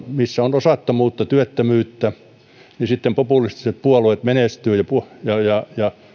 missä on osattomuutta ja työttömyyttä sitten populistiset puolueet menestyvät ja ja